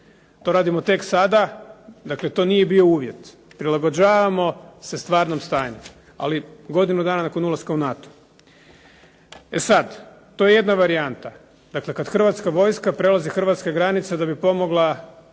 To radimo tek sada, dakle to nije bio uvjet. Prilagođavamo se stvarnom stanju. Ali godinu dana nakon ulaska u NATO. E sad, to je jedna varijanta, dakle kad Hrvatska vojska prelazi hrvatske granice da bi pomogla